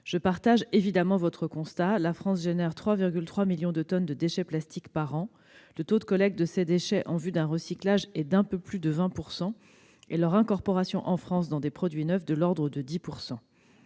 Je partage évidemment votre constat. La France produit 3,3 millions de tonnes de déchets plastiques par an, le taux de collecte de ces déchets en vue d'un recyclage est d'un peu plus de 20 % et leur incorporation dans des produits neufs, de l'ordre de 10 %.